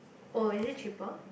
oh is it cheaper